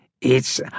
It's